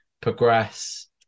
progress